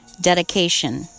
Dedication